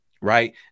right